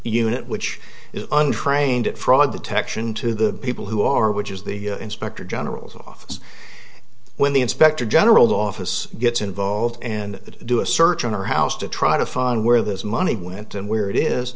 unit which is untrained at fraud detection to the people who are which is the inspector general's office when the inspector general's office gets involved and do a search on her house to try to find where this money went and where it is